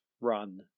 run